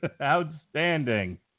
Outstanding